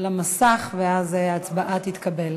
--- חברת הכנסת אורלי לוי אבקסיס מעדכנת שההצבעה שלה הייתה בעד